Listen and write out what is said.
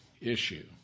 issue